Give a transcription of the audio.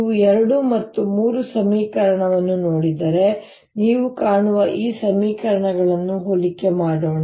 ನೀವು ಎರಡು ಮತ್ತು ಮೂರು ಸಮೀಕರಣವನ್ನು ನೋಡಿದರೆ ನೀವು ಕಾಣುವ ಈ ಸಮೀಕರಣಗಳನ್ನು ಹೋಲಿಕೆ ಮಾಡೋಣ